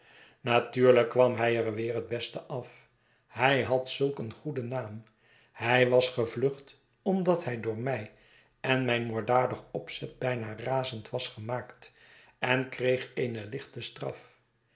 natuurhjk kwam hij er weer het beste af hij had zulk een goeden naam hij was gevlucht omdat hij door mij en mijn moorddadig opzet bijna razend was gemaakt enkreegeene lichte straf